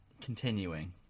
Continuing